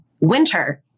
winter